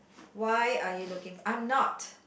why are you looking I'm not